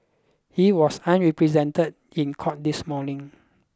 he was unrepresented in court this morning